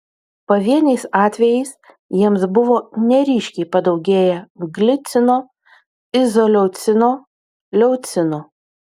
pavieniais atvejais jiems buvo neryškiai padaugėję glicino izoleucino leucino